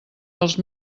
dels